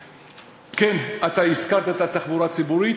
כן, הזכרת את התחבורה הציבורית.